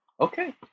Okay